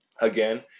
again